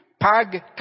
Pag